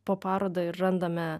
po parodą ir randame